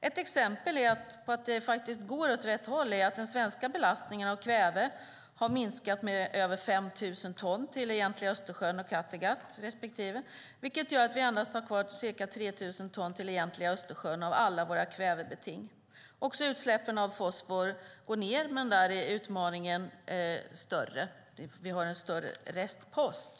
Ett exempel på att det faktiskt går åt rätt håll är att den svenska belastningen av kväve har minskat med över 5 000 ton när det gäller Egentliga Östersjön och Kattegatt. Det gör att vi endast har kvar ca 3 000 ton när det gäller Egentliga Östersjön, av alla våra kvävebeting. Också utsläppen av fosfor går ned. Men där är utmaningen större. Vi har en större restpost.